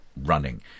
running